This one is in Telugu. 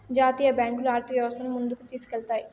జాతీయ బ్యాంకులు ఆర్థిక వ్యవస్థను ముందుకు తీసుకెళ్తాయి